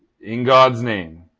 in god's name,